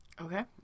Okay